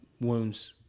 wounds